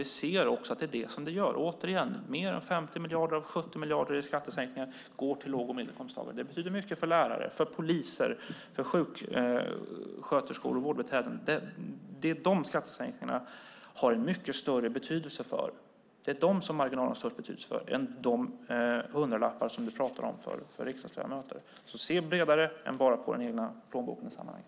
Vi ser också att det är vad det gör. Men än 50 av 70 miljarder i skattesänkningar går till låg och medelinkomsttagare. Det betyder mycket för lärare, poliser, sjuksköterskor och vårdbiträden. Skattesänkningarna och marginalerna har en mycket större betydelse för dem än de hundralappar du talar om för riksdagsledamöter. Se bredare än bara till den egna plånboken i sammanhanget!